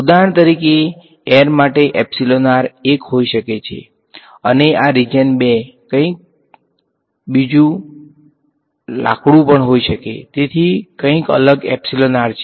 ઉદાહરણ તરીકે એર માટે 1 હોઈ શકે છે અને આ રીજીયન 2 કંઈક બીજું લાકડું હોઈ શકે છે તેથી કંઈક અલગ છે